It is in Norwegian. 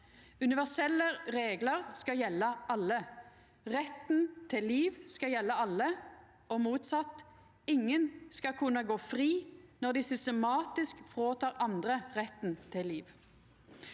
Universelle reglar skal gjelda alle. Retten til liv skal gjelda alle. Og motsett: Ingen skal kunna gå fri når dei systematisk tek frå andre retten til liv.